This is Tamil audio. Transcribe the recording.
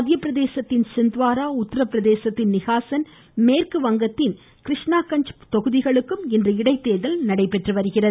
மத்தியபிரதேசத்தில் சிந்த்வாரா உத்தரப்பிரதேசத்தில் நிஹாஸன் மேற்கு வங்கத்தில் கிருஷ்ணா கஞ்ச் தொகுதிகளுக்கும் இன்று இடைத்தோ்தல் நடைபெற்று வருகிறது